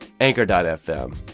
Anchor.fm